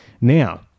Now